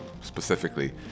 specifically